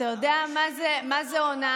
אתה יודע מה זו הונאה?